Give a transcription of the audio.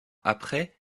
après